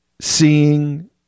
seeing